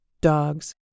dogs